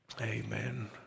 amen